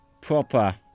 proper